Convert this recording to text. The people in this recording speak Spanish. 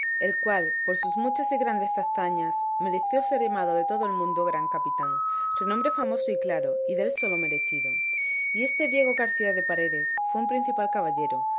el cual por sus muchas y grandes hazañas mereció ser llamado de todo el mundo gran capitán renombre famoso y claro y dél sólo merecido y este diego garcía de paredes fue un principal caballero